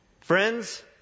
Friends